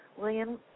William